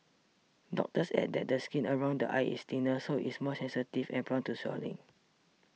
doctors add that the skin around the eyes is thinner so it is more sensitive and prone to swelling